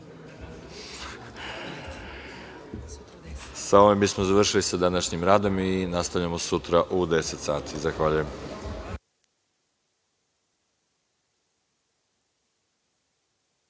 ovim bismo završili sa današnjim radom. Nastavljamo sutra u 10.00 časova. Zahvaljujem.